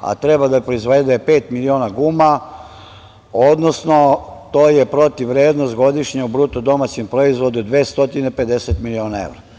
a treba da proizvede pet miliona guma, odnosno to je protivrednost godišnja u BDP 250 miliona evra.